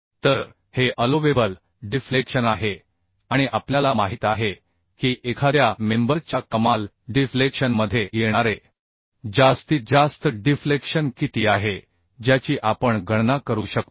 तर हे allowable deflection आहे आणि आपल्याला माहित आहे की एखाद्या मेंबर च्या कमाल डिफ्लेक्शन मध्ये येणारे जास्तीत जास्त डिफ्लेक्शन किती आहे ज्याची आपण गणना करू शकतो